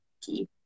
key